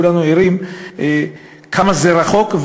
כולנו ערים כמה זה רחוק,